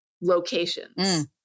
locations